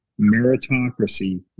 Meritocracy